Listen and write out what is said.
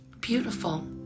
beautiful